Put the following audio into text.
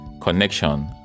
connection